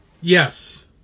Yes